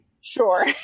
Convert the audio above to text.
Sure